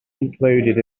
included